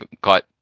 got